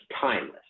timeless